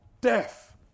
death